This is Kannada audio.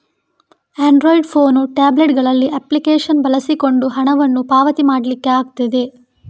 ಆಂಡ್ರಾಯ್ಡ್ ಫೋನು, ಟ್ಯಾಬ್ಲೆಟ್ ಗಳಲ್ಲಿ ಅಪ್ಲಿಕೇಶನ್ ಬಳಸಿಕೊಂಡು ಹಣವನ್ನ ಪಾವತಿ ಮಾಡ್ಲಿಕ್ಕೆ ಆಗ್ತದೆ